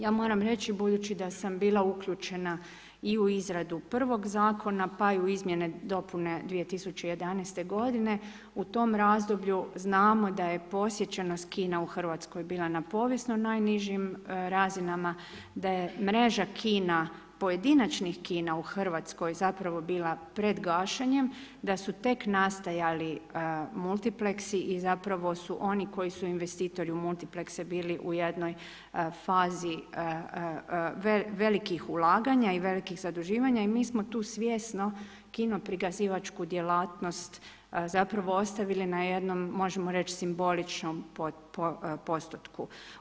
Ja moram reći, budući da sam bila uključena i u izradu prvog zakona pa i u izmjene i dopune 2011. godine, u tom razdoblju znamo da je posjećenost kina u Hrvatskoj bila na povijesno najnižim razinama, da je mreža kina pojedinačnih kina u Hrvatskoj zapravo bila pred gašenjem, da su tek nastajali Multiplexi i zapravo su oni koji su investitori u Multiplexe bili u jednoj fazi velikih ulaganja i velikih zaduživanja i mi smo tu svjesno kino prikazivačku djelatnost zapravo ostavili na jednom, možemo reći simboličnom postotku.